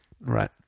Right